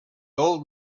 old